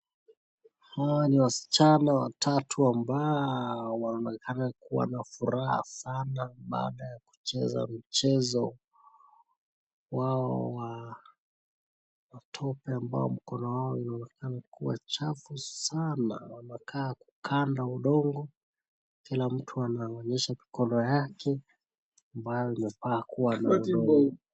Hawa ni wasichana watatu ambao wanaonekana kuwa na furaha sana baada ya kucheza michezo wao wa matope ambao mkono wao unaonekana kuwa chafu sana. Wanakaa kukanda udongo. Kila mtu anaonyesha mkono yake ambayo imepakwa na udongo.